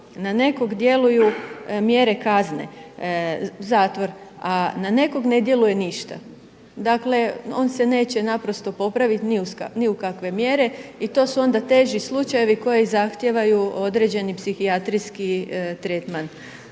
Na nekog djeluju mjere kazne zatvor, a na nekog ne djeluje ništa. Dakle on se neće naprosto popraviti ni uz kakva mjere. I to su onda teži slučajevi koji zahtijevaju određeni psihijatrijski tretman.